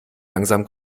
langsam